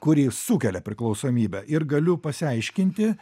kuri sukelia priklausomybę ir galiu pasiaiškinti